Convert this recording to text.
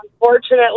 unfortunately